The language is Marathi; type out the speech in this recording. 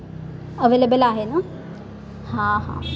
अवेलेबल आहे ना हां हां